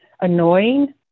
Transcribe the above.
annoying